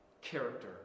Character